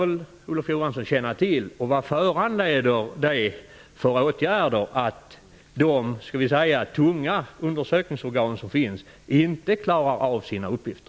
Detta bör Olof Johansson känna till. Vad föranleder det för åtgärder att de tunga undersökningsorgan som finns inte klarar av sina uppgifter?